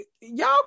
y'all